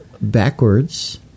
backwards